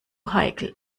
heikel